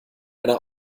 eine